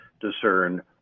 discern